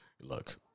look